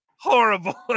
horrible